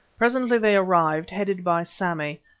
presently they arrived, headed by sammy,